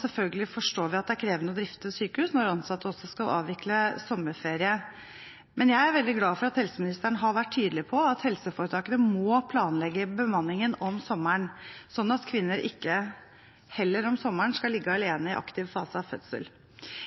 Selvfølgelig forstår vi at det er krevende å drifte sykehus når ansatte skal avvikle sommerferie. Men jeg er veldig glad for at helseministeren har vært tydelig på at helseforetakene må planlegge bemanningen om sommeren, slik at kvinner heller ikke om sommeren skal ligge alene i aktiv fase av fødselen.